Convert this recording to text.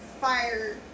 fire